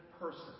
person